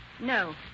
No